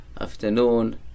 afternoon